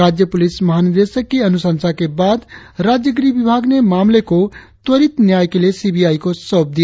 राज्य प्रलिस महानिदेशक की अनुशंसा के बाद राज्य गृह विभाग ने मामले को त्वरित न्याय के लिए सी बी आई को सौप दिया